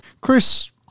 Chris